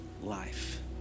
life